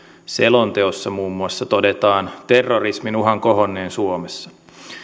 selonteossa muun muassa todetaan terrorismin uhan kohonneen suomessa